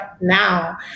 now